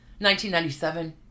1997